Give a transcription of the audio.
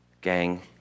gang